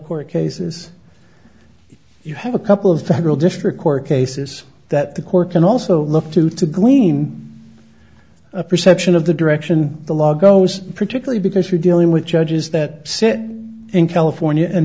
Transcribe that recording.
court cases you have a couple of federal district court cases that the court can also look to to glean a perception of the direction the law goes particularly because you're dealing with judges that sit in california and